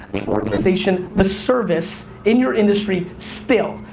organization, the service in your industry, still,